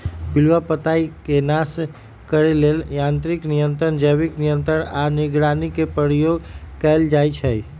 पिलुआ पताईके नाश करे लेल यांत्रिक नियंत्रण, जैविक नियंत्रण आऽ निगरानी के प्रयोग कएल जाइ छइ